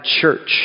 church